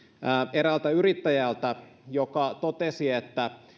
eräältä yrittäjältä joka totesi että